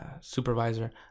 supervisor